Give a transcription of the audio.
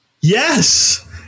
Yes